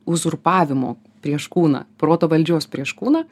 uzurpavimo prieš kūną proto valdžios prieš kūną